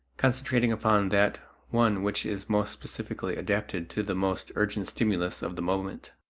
concentrating upon that one which is most specifically adapted to the most urgent stimulus of the moment.